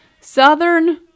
Southern